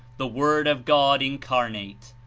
the word of god incarnate.